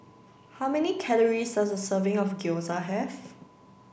how many calories does a serving of Gyoza have